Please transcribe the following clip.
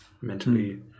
mentally